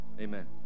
Amen